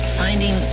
finding